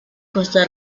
costa